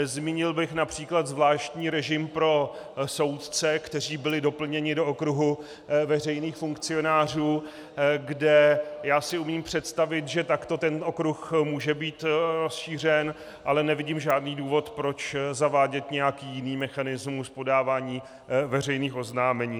Zmínil bych například zvláštní režim pro soudce, kteří byli doplněni do okruhu veřejných funkcionářů, kde si umím představit, že takto ten okruh může být rozšířen, ale nevidím žádný důvod, proč zavádět nějaký jiný mechanismus podávání veřejných oznámení.